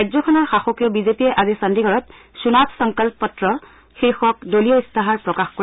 ৰাজ্যখনৰ শাসকীয় বিজেপিয়ে আজি চণ্ডিগড়ত চুনাব সংকল্প পত্ৰ শীৰ্ষ দলীয় ইস্তাহাৰ প্ৰকাশ কৰিব